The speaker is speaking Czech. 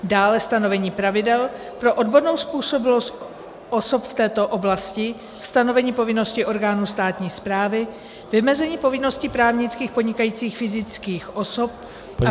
Dále stanovení pravidel pro odbornou způsobilost osob v této oblasti, stanovení povinnosti orgánů státní správy, vymezení povinnosti právnických i podnikajících fyzických osob a